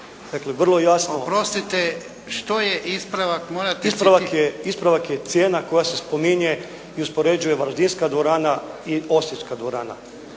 **Horvat, Zlatko (HNS)** Ispravak je cijena koja se spominje i uspoređuje Varaždinska dvorana i Osječka dvorana.